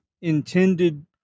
intended